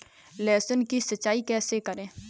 लहसुन की सिंचाई कैसे करें?